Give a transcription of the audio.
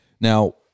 now